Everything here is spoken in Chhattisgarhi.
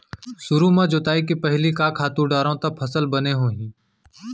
सुरु म जोताई के पहिली का खातू डारव त फसल बने होही?